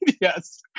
Yes